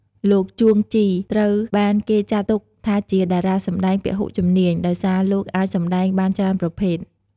លោក ជួង ជី ត្រូវបានគេចាត់ទុកថាជាតារាសម្តែងពហុជំនាញ ដោយសារលោកអាចសម្តែងបានច្រើនប្រភេទ។